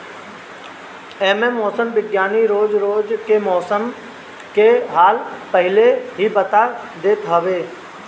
एमे मौसम विज्ञानी रोज रोज के मौसम के हाल पहिले ही बता देत हवे